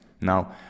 Now